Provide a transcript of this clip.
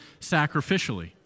sacrificially